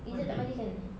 izzat tak mandikan dia